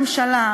דווקא הממשלה,